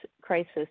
crisis